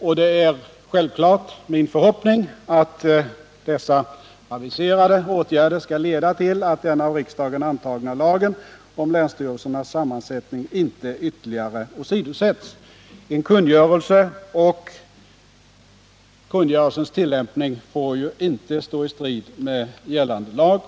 och det är självfallet min förhoppning att dessa aviserade åtgärder skall leda till att den av riksdagen antagna lagen om länsstyrelsernas sammansättning inte ytterligare åsidosätts. En kungörelse och dess tillämpning får inte stå i strid med gällande lag.